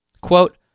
Quote